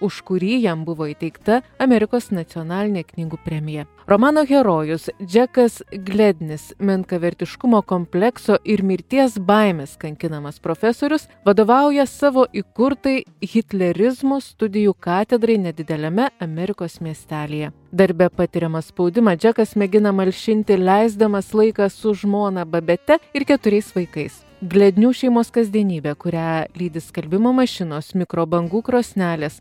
už kurį jam buvo įteikta amerikos nacionalinė knygų premija romano herojus džekas glednis menkavertiškumo komplekso ir mirties baimės kankinamas profesorius vadovauja savo įkurtai hitlerizmo studijų katedrai nedideliame amerikos miestelyje darbe patiriamą spaudimą džekas mėgina malšinti leisdamas laiką su žmona babete ir keturiais vaikais glednių šeimos kasdienybė kurią lydi skalbimo mašinos mikrobangų krosnelės